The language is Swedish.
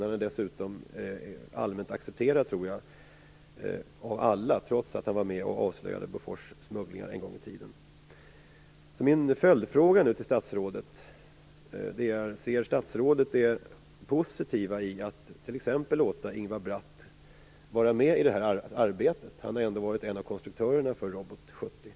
Han är dessutom allmänt accepterad av alla, tror jag, trots att han var med och avslöjade Bofors smugglingar en gång i tiden. Min följdfråga till statsrådet är därför: Ser statsrådet det positiva i att t.ex. låta Ingvar Bratt vara med i det här arbetet? Han har ändå varit en av konstruktörerna bakom Robot 70.